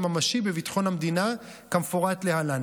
הביטחון באשר לצורך להותיר